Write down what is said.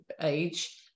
age